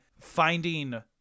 finding